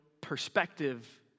perspective